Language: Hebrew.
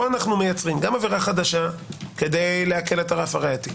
פה אנו מייצרים גם עבירה חדשה כדי להקל את הרף הראייתי.